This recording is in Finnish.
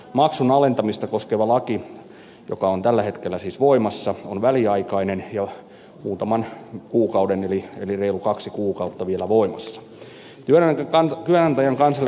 maksun alentamista koskeva laki joka on tällä hetkellä siis voimassa on väliaikainen ja muutaman kuukauden eli reilut kaksi kuukautta vielä voimassa